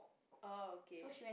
oh okay